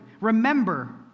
Remember